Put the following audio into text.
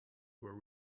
were